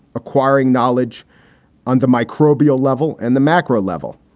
acquiring knowledge on the microbial level and the macro level,